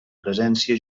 presència